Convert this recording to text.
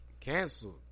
canceled